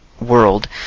world